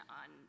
on